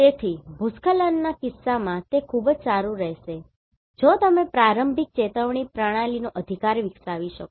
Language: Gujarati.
તેથી ભૂસ્ખલનના કિસ્સામાં તે ખૂબ જ સારું રહેશે જો તમે પ્રારંભિક ચેતવણી પ્રણાલીનો અધિકાર વિકસાવી શકો